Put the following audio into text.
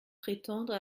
prétendre